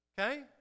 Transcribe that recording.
Okay